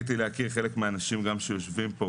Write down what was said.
זכיתי להכיר חלק מהאנשים שיושבים כאן,